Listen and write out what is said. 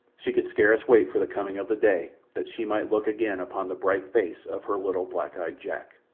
she could scarce wait for the coming of the day that she might look again upon the bright face of her little, black-eyed jack.